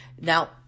Now